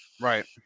Right